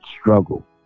struggle